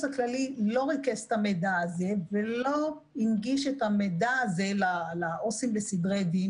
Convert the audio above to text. הכללי לא ריכז את המידע הזה ולא הנגיש את המידע הזה לעו"סים לסדרי דין,